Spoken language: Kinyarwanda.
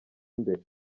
imbere